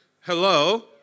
hello